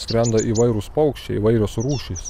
skrenda įvairūs paukščiai įvairios rūšys